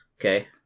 Okay